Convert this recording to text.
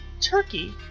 Turkey